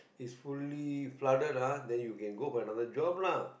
is fully flooded ah then you can go for another job lah